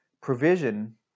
provision